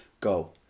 go